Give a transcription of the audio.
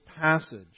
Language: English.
passage